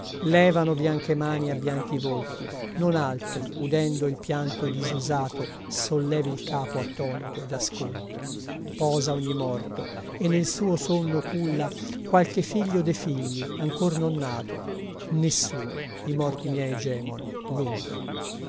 levano bianche mani a bianchi volti non altri udendo il pianto disusato sollevi il capo attonito ed ascolti posa ogni morto e nel suo sonno culla qualche figlio de figli ancor non nato nessuno i morti miei gemono nulla